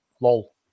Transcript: lol